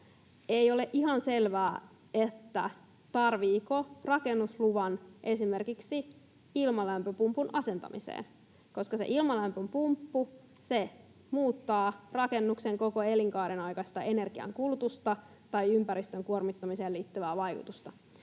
ei ole ihan selvää, tarvitseeko rakennusluvan esimerkiksi ilmalämpöpumpun asentamiseen, koska se ilmalämpöpumppu muuttaa rakennuksen koko elinkaaren aikaista energiankulutusta tai ympäristön kuormittamiseen liittyvää vaikutusta.